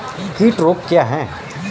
कीट रोग क्या है?